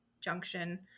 Junction